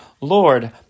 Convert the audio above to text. Lord